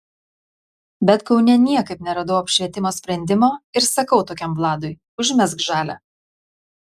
bet kaune niekaip neradau apšvietimo sprendimo ir sakau tokiam vladui užmesk žalią